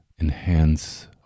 enhance